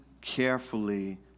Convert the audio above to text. carefully